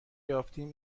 یافتیم